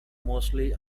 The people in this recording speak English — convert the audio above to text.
mostly